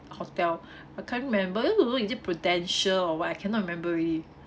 hotel I can't remember don't know is it prudential or what I cannot remember already